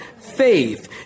Faith